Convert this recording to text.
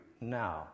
now